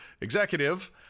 executive